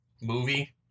movie